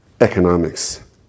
economics